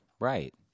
Right